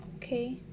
okay